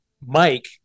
Mike